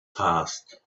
passed